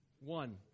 One